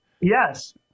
Yes